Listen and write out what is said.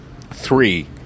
three